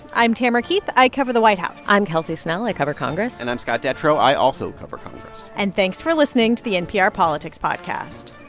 i'm tamara keith. i cover the white house i'm kelsey snell. i cover congress and i'm scott detrow. i also cover congress and thanks for listening to the npr politics podcast